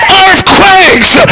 earthquakes